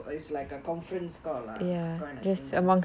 it's like a conference call lah kind of thing